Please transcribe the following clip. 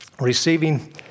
receiving